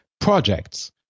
projects